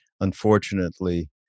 unfortunately